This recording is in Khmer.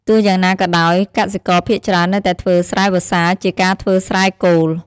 ទោះយ៉ាងណាក៏ដោយ កសិករភាគច្រើននៅតែធ្វើស្រែវស្សាជាការធ្វើស្រែគោល។